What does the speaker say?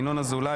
ינון אזולאי,